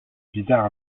bizarre